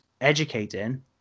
educating